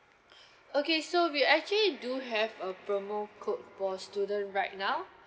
okay so we actually do have a promo code for student right now